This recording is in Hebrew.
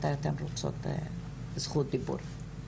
מתי אתן רוצות זכות דיבור.